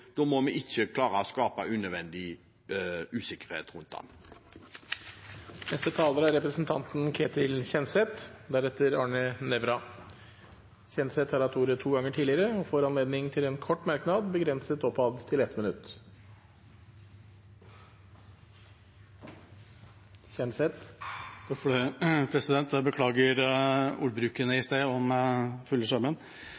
Da må vi ikke skape unødvendig usikkerhet rundt dette. Representanten Ketil Kjenseth har hatt ordet to ganger tidligere og får ordet til en kort merknad, begrenset til 1 minutt. Jeg beklager ordbruken